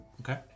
Okay